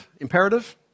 imperative